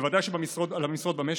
ובוודאי שעל המשרות במשק.